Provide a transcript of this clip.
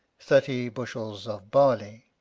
thirty bush, of barley.